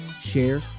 share